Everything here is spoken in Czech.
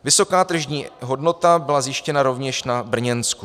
Vysoká tržní hodnota byla zjištěna rovněž na Brněnsku.